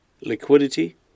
liquidity